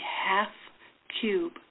half-cube